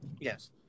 Yes